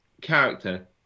character